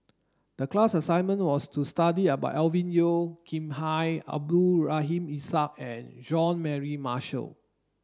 the class assignment was to study about Alvin Yeo Khirn Hai Abdul Rahim Ishak and John Mary Marshall